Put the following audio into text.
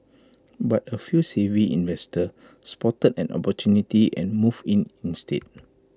but A few savvy investors spotted an opportunity and moved in instead